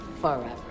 forever